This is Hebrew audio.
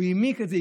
הוא העמיק את זה,